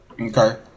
Okay